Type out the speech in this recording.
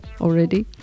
already